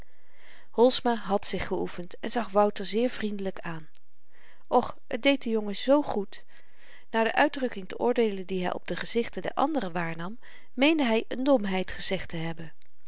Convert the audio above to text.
holsma hàd zich geoefend en zag wouter zeer vriendelyk aan och t deed den jongen zoo goed naar de uitdrukking te oordeelen die hy op de gezichten der anderen waarnam meende hy n domheid gezegd te hebben